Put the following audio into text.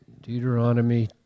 Deuteronomy